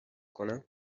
کنم